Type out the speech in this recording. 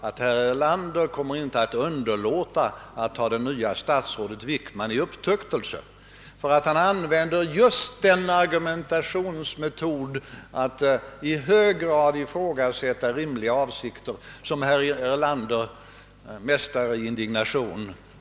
Det är mycket beklagligt att betalningsbalansen varit sådan som den varit, och jag är säker på att regeringsledamöterna beklagar det minst lika mycket som någon annan.